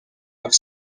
are